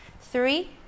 three